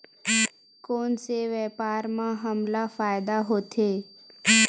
कोन से व्यापार म हमला फ़ायदा होथे?